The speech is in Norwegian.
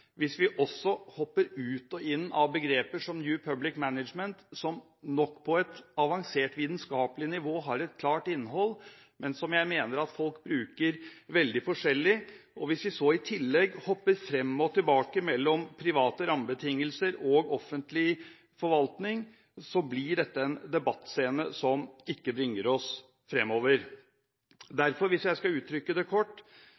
Hvis vi også hopper ut og inn av begreper som New Public Management, som nok på et avansert vitenskapelig nivå har et klart innhold, men som jeg mener folk bruker veldig forskjellig, og hvis vi så i tillegg hopper fram og tilbake mellom private rammebetingelser og offentlig forvaltning, blir dette en debattscene som ikke bringer oss fremover. Derfor, hvis jeg skal uttrykke det kort,